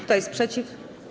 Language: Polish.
Kto jest przeciw?